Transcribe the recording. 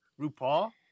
RuPaul